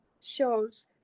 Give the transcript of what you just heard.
shows